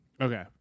Okay